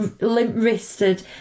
limp-wristed